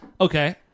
Okay